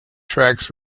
tracks